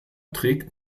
trägt